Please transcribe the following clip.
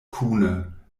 kune